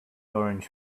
orange